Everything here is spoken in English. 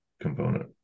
component